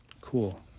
Cool